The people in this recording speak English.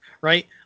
right